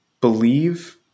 believe